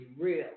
real